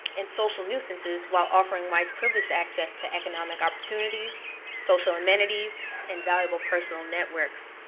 and social nuisances, while offering whites privileged access to economic opportunities, social amenities, and valuable personal networks.